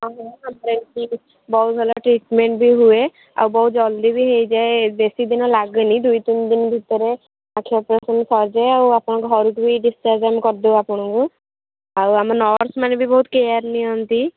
ହଁ ହଁ ବହୁ ଭଲ ଟ୍ରିଟ୍ମେଣ୍ଟ୍ ବି ହୁଏ ଆଉ ବହୁତ୍ ଜଲ୍ଦି ବି ହେଇଯାଏ ବେଶୀ ଦିନ ଲାଗେନି ଦୁଇ ତିନ୍ ଦିନ୍ ଭିତରେ ଆଖି ଅପରେସନ୍ ସରିଯାଏ ଆଉ ଆପଣ ଘରକୁ ବି ଡିସ୍ଚାର୍ଜ୍ ଆମେ କରିଦେବୁ ଆପଣଙ୍କୁ ଆଉ ଆମ ନର୍ସ୍ମାନେ ବି ବହୁତ୍ କେୟାର୍ ନିଅନ୍ତି